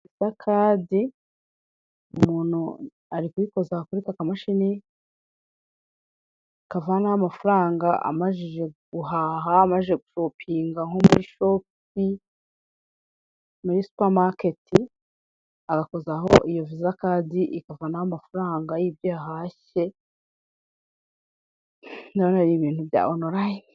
Viza kadi umuntu ari kuyikoza kuri ka kamashini kavanaho amafaranga amajije guhaha amajije gushopinga nko muri shopu, muri supamaketi agakozaho iyo viza kadi ikavanaho amafaranga y'ibyo yahashye na byo ni ibintu bya onorayine.